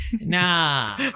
Nah